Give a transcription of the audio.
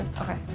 Okay